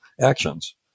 actions